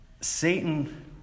Satan